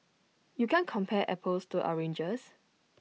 you can't compare apples to oranges